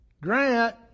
Grant